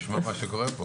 נשמע מה שקורה פה,